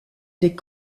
des